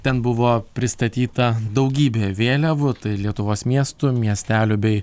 ten buvo pristatyta daugybė vėliavų tai lietuvos miestų miestelių bei